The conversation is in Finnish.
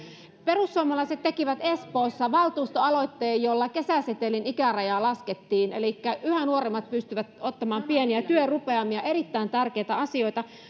perussuomalaiset tekivät espoossa valtuustoaloitteen jolla kesäsetelin ikärajaa laskettiin elikkä yhä nuoremmat pystyvät ottamaan pieniä työrupeamia erittäin tärkeitä asioita